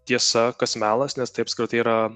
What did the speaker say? tiesa kas melas nes tai apskritai yra